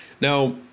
now